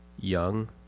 young